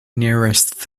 nearest